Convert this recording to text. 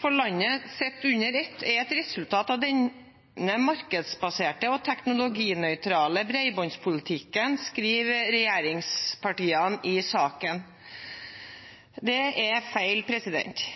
for landet sett under ett, er et resultat av denne markedsbaserte og teknologinøytrale bredbåndspolitikken», skriver regjeringspartiene i saken. Det er feil.